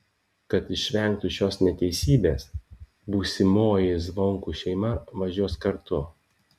kad išvengtų šios neteisybės būsimoji zvonkų šeima važiuos kartu